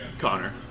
Connor